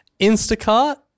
Instacart